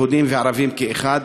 יהודים וערבים כאחד,